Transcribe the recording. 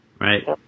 Right